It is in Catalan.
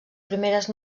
primeres